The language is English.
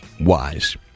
wise